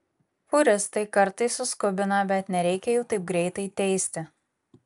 fūristai kartais suskubina bet nereikia jų taip greitai teisti